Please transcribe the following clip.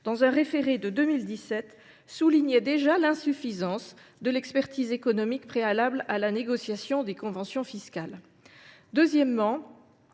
dans un référé de 2017, soulignait déjà l’insuffisance de l’expertise économique préalable à la négociation des conventions fiscales. Deuxièmement,